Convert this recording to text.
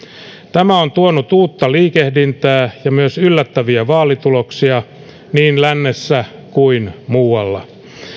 tämä on tuonut uutta liikehdintää ja myös yllättäviä vaalituloksia niin lännessä kuin muualla